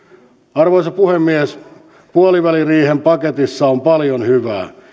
arvoisa puhemies puoliväliriihen paketissa on paljon hyvää